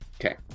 Okay